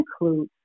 include